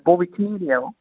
बबेथिं एरियाव